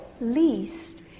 least